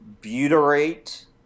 Butyrate